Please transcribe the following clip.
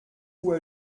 coup